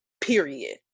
period